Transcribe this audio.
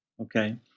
okay